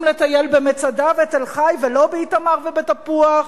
לטייל במצדה ותל-חי ולא באיתמר ובתפוח.